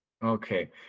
okay